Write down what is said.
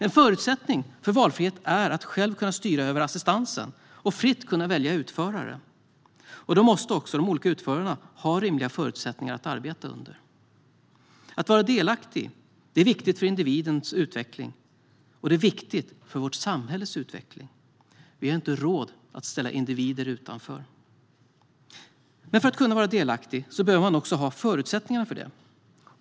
En förutsättning för valfrihet är att själv kunna styra över assistansen och fritt kunna välja utförare. Då måste de olika utförarna också ha rimliga förutsättningar för sitt arbete. Att vara delaktig är viktigt för individens utveckling, och det är viktigt för vårt samhälles utveckling. Vi har inte råd att ställa individer utanför. För att kunna vara delaktig behöver man ha förutsättningarna för det.